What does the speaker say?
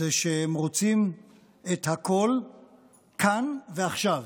היא שהם רוצים את הכול כאן ועכשיו.